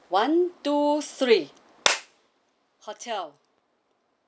one two three hotel